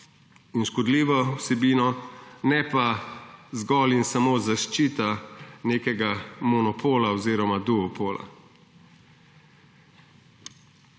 in škodljivo vsebino, ne pa zgolj in samo zaščite nekega monopola oziroma duopola.